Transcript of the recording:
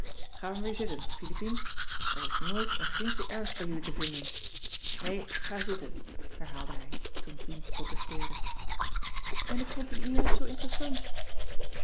maar weer zitten philippien er is nooit eén grientje ernst bij jullie te vinden nee ga zitten herhaalde hij toen pien protesteerde en ik vond dit nu juist zoo interessant